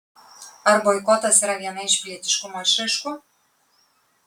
ar boikotas yra viena iš pilietiškumo išraiškų